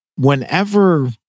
Whenever